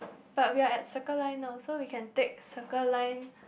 but we are at Circle Line now so we can take Circle Line